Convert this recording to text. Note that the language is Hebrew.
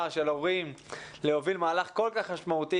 של הורים להוביל מהלך כל כך משמעותי,